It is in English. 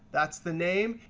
that's the name.